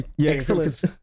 Excellent